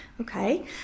Okay